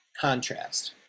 contrast